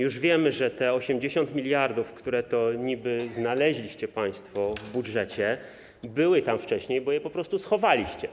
Już wiemy, że 80 mld, które niby znaleźliście państwo w budżecie, było tam wcześniej, bo je po prostu schowaliście.